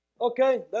Okay